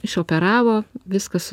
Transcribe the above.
išoperavo viskas